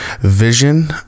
Vision